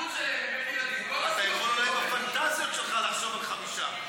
אתה יכול אולי בפנטזיות שלך לחשוב על חמישה,